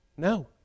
No